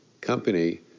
company